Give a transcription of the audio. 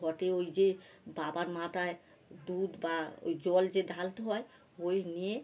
ঘটে ওই যে বাবার মাথায় দুধ বা ওই জল যে ঢালতে হয় ওই নিয়ে